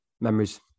memories